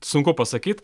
sunku pasakyt